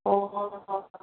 অ'